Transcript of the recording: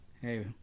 hey